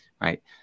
right